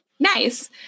Nice